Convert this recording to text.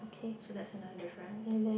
so that's another difference